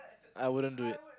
I wouldn't do it